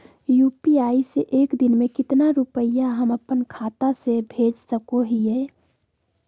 UPI से एक दिन में कितना रुपैया हम अपन खाता से भेज सको हियय?